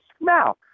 Now